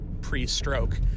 pre-stroke